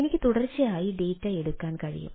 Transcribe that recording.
എനിക്ക് തുടർച്ചയായി ഡാറ്റ എടുക്കാൻ കഴിയും